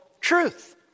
truth